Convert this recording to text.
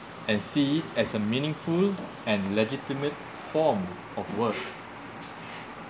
and see it as a meaningful and legitimate form of work